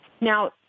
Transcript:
Now